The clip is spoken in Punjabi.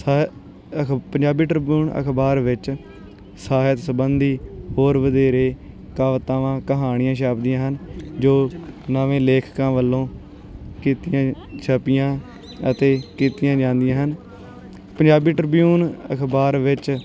ਸਾ ਅਖ ਪੰਜਾਬੀ ਟ੍ਰਿਬਿਊਨ ਅਖਬਾਰ ਵਿੱਚ ਸਾਹਿਤ ਸਬੰਧੀ ਹੋਰ ਵਧੇਰੇ ਕਵਿਤਾਵਾਂ ਕਹਾਣੀਆਂ ਛਪਦੀਆਂ ਹਨ ਜੋ ਨਵੇਂ ਲੇਖਕਾਂ ਵੱਲੋਂ ਕੀਤੀਆਂ ਛਾਪੀਆਂ ਅਤੇ ਕੀਤੀਆਂ ਜਾਂਦੀਆਂ ਹਨ ਪੰਜਾਬੀ ਟ੍ਰਿਬਿਊਨ ਅਖਬਾਰ ਵਿੱਚ